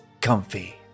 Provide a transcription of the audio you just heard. comfy